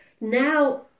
Now